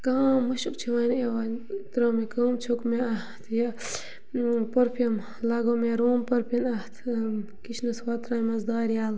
مُشُک چھِ وۄنۍ یِوان ترٛٲو مےٚ کٲم چھوٚکھ مےٚ اَتھ یہِ پٔرفیوٗم لَگوو مےٚ روٗم پٔرفیوٗن اَتھ کِچنَس ہورٕ ترٛایمَس دارِ یلہٕ